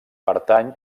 pertany